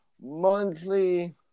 monthly